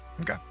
Okay